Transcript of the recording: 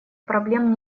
проблем